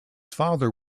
father